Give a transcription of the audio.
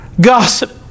gossip